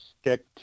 stick